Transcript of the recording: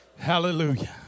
Hallelujah